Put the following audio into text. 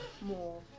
more